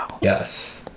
Yes